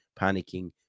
panicking